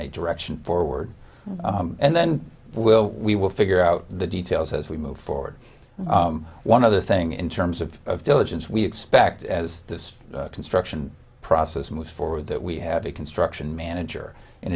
a direction forward and then we'll we will figure out the details as we move forward one other thing in terms of diligence we expect as this construction process moves forward that we have a construction manager in